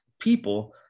people